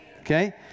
okay